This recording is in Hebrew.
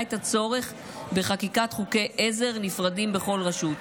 את הצורך בחקיקת חוקי עזר נפרדים בכל רשות,